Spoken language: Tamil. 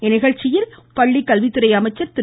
இந்நிகழ்ச்சியில் பள்ளிக்கல்வித்துறை அமைச்சர் திரு